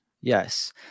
Yes